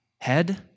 head